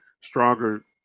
stronger